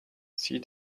see